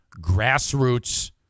grassroots